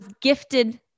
gifted